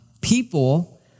People